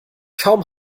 kaum